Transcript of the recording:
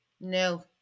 no